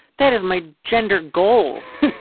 that is my gender goals